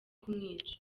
kumwica